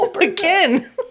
again